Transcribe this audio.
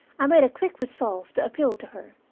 i made a quick resolve to appeal to her.